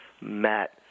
Matt